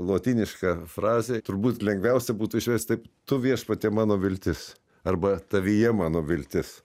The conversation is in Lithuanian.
lotyniška frazė turbūt lengviausia būtų išversti tu viešpatie mano viltis arba tavyje mano viltis